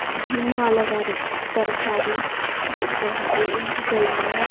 ಇನ್ನೂ ಹಲವಾರು ತರಕಾರಿ ಆಗಿರಬಹುದು ಹೂವುಗಳನ್ನು